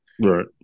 right